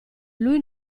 lui